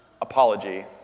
apology